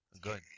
good